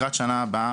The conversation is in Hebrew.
לקראת שנה הבאה,